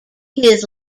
his